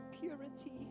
purity